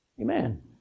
Amen